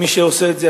ומי שעושה את זה,